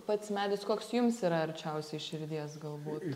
pats medis koks jums yra arčiausiai širdies galbūt